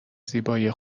زیبایی